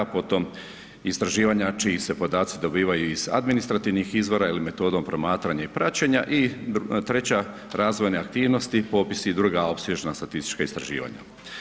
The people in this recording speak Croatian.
Po tom istraživanja čiji se podaci dobivaju iz administrativnog izvora ili metodom promatranja i praćenja i treća razvojne aktivnosti, popisi i druga opsežna statistička istraživanja.